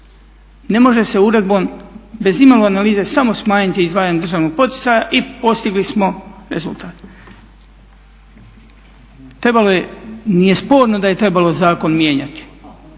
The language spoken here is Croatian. Ne može se uredbom bez imalo analize samo smanjiti izdvajanje državnog poticaja i postigli smo rezultat. Trebalo je, nije sporno da je trebalo zakon mijenjati,